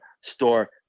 store